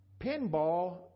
pinball